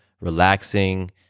relaxing